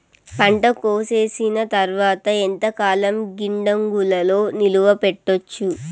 పంట కోసేసిన తర్వాత ఎంతకాలం గిడ్డంగులలో నిలువ పెట్టొచ్చు?